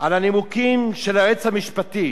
על הנימוקים של היועץ המשפטי,